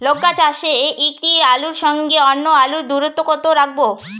লঙ্কা চাষে একটি আলুর সঙ্গে অন্য আলুর দূরত্ব কত রাখবো?